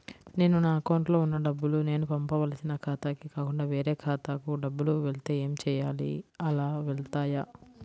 నేను నా అకౌంట్లో వున్న డబ్బులు నేను పంపవలసిన ఖాతాకి కాకుండా వేరే ఖాతాకు డబ్బులు వెళ్తే ఏంచేయాలి? అలా వెళ్తాయా?